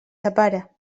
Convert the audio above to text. separa